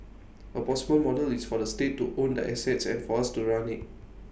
A possible model is for the state to own the assets and for us to run IT